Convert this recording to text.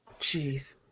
Jeez